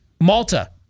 Malta